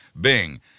Bing